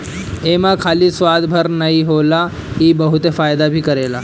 एमे खाली स्वाद भर नाइ होला इ बहुते फायदा भी करेला